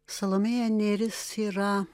salomėja nėris yra